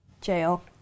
Jail